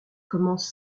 commence